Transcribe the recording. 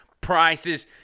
prices